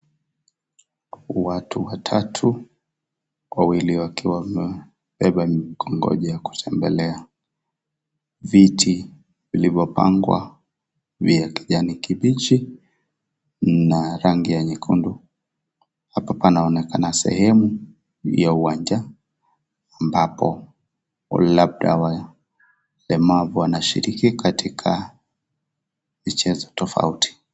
Watu watatu, wawili wakiwa wamebeba mikongojo ya kutembelea, viti vilivyopangwa vya kijani kibichi na rangi ya nyekundu. Hapa panaonekana sehemu ya uwanja ambapo labda walemavu wanashiriki katika michezo tofauti.